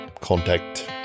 contact